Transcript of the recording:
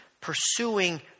pursuing